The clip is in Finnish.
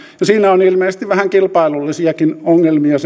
sen toteuttamisessa on ilmeisesti vähän kilpailullisiakin ongelmia